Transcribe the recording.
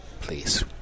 Please